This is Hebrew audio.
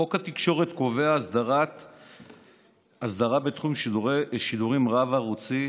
חוק התקשורת קובע הסדרה בתחום השידורים הרב-ערוציים